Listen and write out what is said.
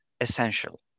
essential